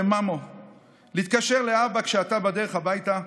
של: הלו יש לך משפחה בבית שמחכה לך,